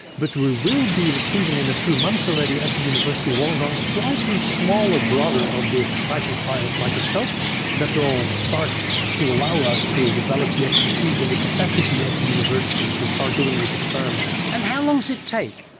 but we will be receiving in a few months already at the university of wollongong a slightly smaller brother of this titan krios microscope that will start to allow us to ah develop the expertise and the capacity at the university to start doing these experiments. and how long does it take?